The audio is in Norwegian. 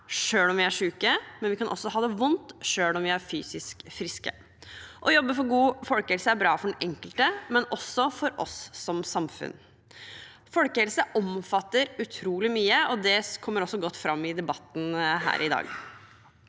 selv om vi er syke, men vi kan også ha det vondt selv om vi er fysisk friske. Å jobbe for god folkehelse er bra for den enkelte, men også for oss som samfunn. Folkehelse omfatter utrolig mye, og det kommer også godt fram i debatten her i dag.